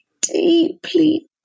deeply